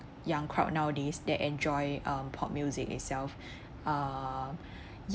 young crowd nowadays that enjoy uh pop music itself uh